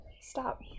stop